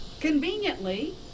Conveniently